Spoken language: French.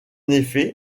effet